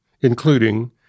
including